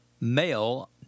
Male